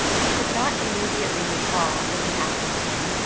he could not immediately recall what had happened to him,